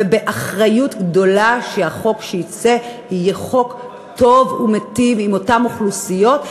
ובאחריות גדולה שהחוק שיצא יהיה חוק טוב ומיטיב עם אותן אוכלוסיות.